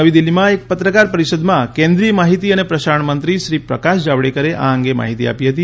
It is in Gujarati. નવી દિલ્હીમાં એક પત્રકાર પરિષદમાં કેન્દ્રીય માહિતી અને પ્રસારણ મંત્રી શ્રી પ્રકાશ જાવડેકરે આ અંગે માહિતી આપી હતી